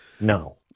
No